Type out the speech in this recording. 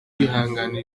kwihanganira